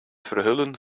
verhullen